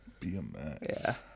BMX